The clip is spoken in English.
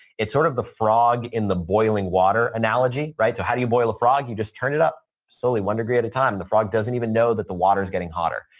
it's sort of the frog in the boiling water analogy. so, how do you boil a frog? you just turn it up slowly one degree at a time, the frog doesn't even know that the water is getting hotter.